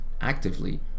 actively